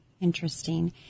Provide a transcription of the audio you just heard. Interesting